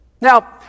Now